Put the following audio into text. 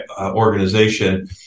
organization